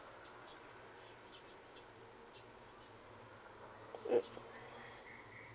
mm